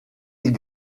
est